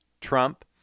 Trump